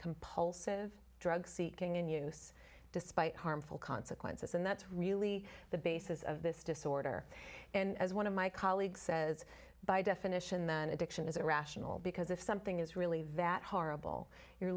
compulsive drug seeking in use despite harmful consequences and that's really the basis of this disorder and as one of my colleagues says by definition then addiction is irrational because if something is really that horrible you're